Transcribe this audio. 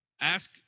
ask